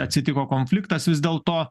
atsitiko konfliktas vis dėlto